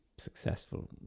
Successful